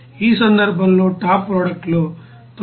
ఈ సందర్భంలో top product లో 98